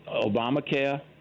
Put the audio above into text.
Obamacare